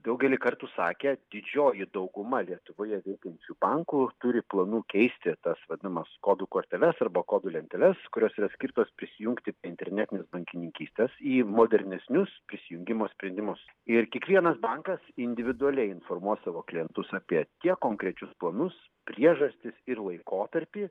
daugelį kartų sakę didžioji dauguma lietuvoje veikiančių bankų turi planų keisti tas vadinamas kodų korteles arba kodų lenteles kurios yra skirtos prisijungti prie internetinės bankininkystės į modernesnius prisijungimo sprendimus ir kiekvienas bankas individualiai informuos savo klientus apie tiek konkrečius planus priežastis ir laikotarpį